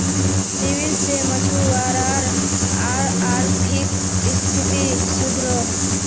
seaweed से मछुवारार अआर्थिक स्तिथि सुधरोह